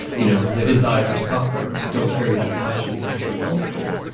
you know, live and die for soccer, but don't carry that passion into adulthood.